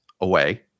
away